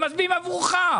הם מצביעים עבורך.